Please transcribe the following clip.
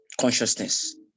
consciousness